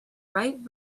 right